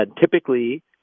Typically